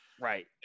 Right